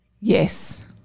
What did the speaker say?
yes